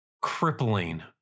crippling